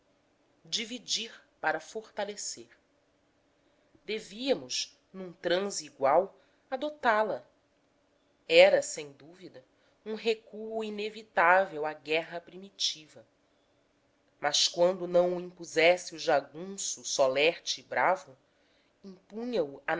dividir para fortalecer devíamos num transe igual adotá la era sem dúvida um recuo inevitável à guerra primitiva mas quando não o impusesse o jagunço solerte e bravo impunha o a